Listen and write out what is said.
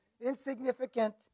insignificant